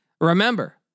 Remember